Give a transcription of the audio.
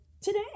today